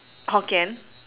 hokkien